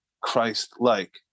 Christ-like